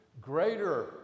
greater